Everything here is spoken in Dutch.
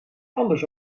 anders